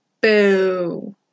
Boo